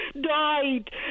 died